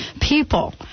people